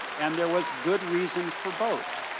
and there was good reason for both,